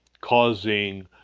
causing